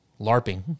LARPing